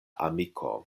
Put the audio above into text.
amiko